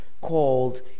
called